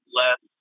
less